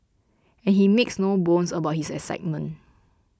and he makes no bones about his excitement